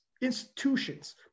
institutions